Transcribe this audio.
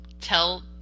tell